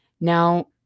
now